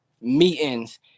meetings